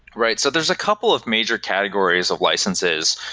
right. so there's a couple of major categories of licenses.